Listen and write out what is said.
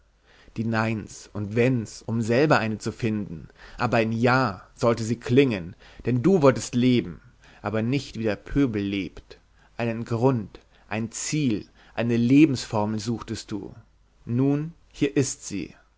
die neins und wenns um selber eine zu finden aber ein ja sollte sie klingen denn du wolltest leben aber nicht wie der pöbel lebt einen grund ein ziel eine lebensformel suchtest du nun hier ist sie